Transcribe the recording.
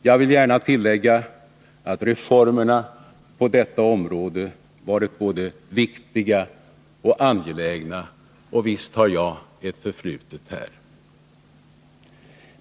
Jag vill gärna tillägga att reformerna på detta område varit både viktiga och angelägna, och visst har jag ett förflutet här.